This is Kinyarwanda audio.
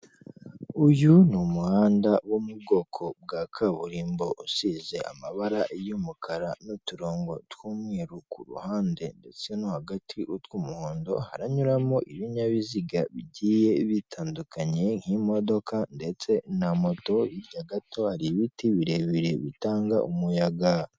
Uyu ni umuhanda wo mu bwoko bwa kaburimbo usize amabara y'umukara n'uturongo tw'umweru kuhande ndetse no hagati utw'umuhondo haranyuramo ibinyabiziga bigiye bitandukanye nk'imodoka ndetse na moto hirya gato hari ibiti birebire bitanga umuyaga.